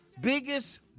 biggest